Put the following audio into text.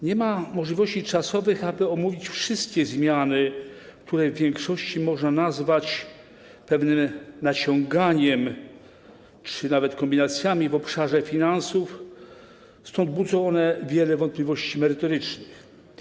Nie ma możliwości czasowych, aby omówić wszystkie zmiany, które w większości można nazwać pewnym naciąganiem czy nawet kombinacjami w obszarze finansów, stąd budzą one wiele wątpliwości merytorycznych.